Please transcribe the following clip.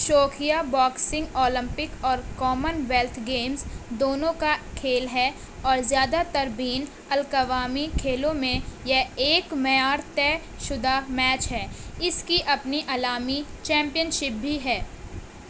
شوقیہ boxing olympic اور commonwealth games دونوں کا کھیل ہے اور زیادہ تر بین الاقوامی کھیلوں میں یہ ایک معیار طے شدہ میچ ہے اس کی اپنی علامی چیمپئن شپ بھی ہے